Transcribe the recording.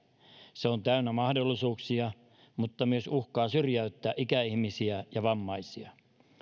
se on täynnä mahdollisuuksia mutta myös uhkaa syrjäyttää ikäihmisiä ja vammaisia